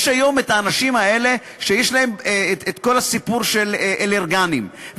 יש היום האנשים האלה שיש להם כל הסיפור של אלרגנים,